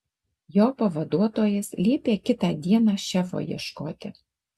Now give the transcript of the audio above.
jo pavaduotojas liepė kitą dieną šefo ieškoti